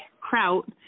Kraut